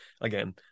again